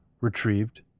retrieved